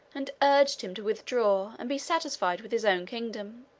and urged him to withdraw and be satisfied with his own kingdom.